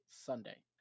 Sunday